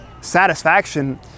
satisfaction